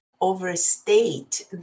overstate